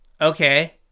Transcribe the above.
okay